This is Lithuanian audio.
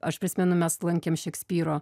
aš prisimenu mes lankėm šekspyro